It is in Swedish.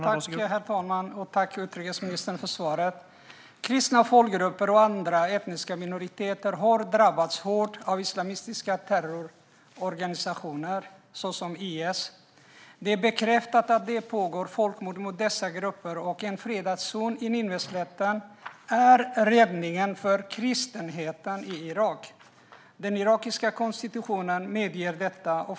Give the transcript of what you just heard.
Herr talman! Jag tackar utrikesministern för svaret. Kristna folkgrupper och andra etniska minoriteter har drabbats hårt av islamistiska terrororganisationer såsom IS. Det är bekräftat att det pågår folkmord mot dessa grupper. En fredad zon på Nineveslätten är räddningen för kristenheten i Irak. Den irakiska konstitutionen medger detta.